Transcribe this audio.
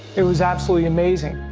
it was absolutely amazing.